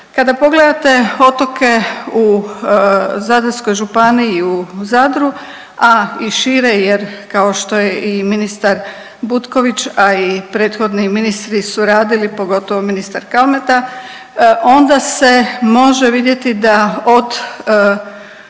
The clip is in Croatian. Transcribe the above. Kada pogledate otoke u Zadarskoj županiji i u Zadru, a i šire jer kao što je i mini9tar Butković, a i prethodni ministri su radili pogotovo ministar Kalmeta onda se može vidjeti da od